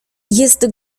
jest